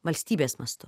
valstybės mastu